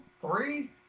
three